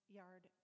yard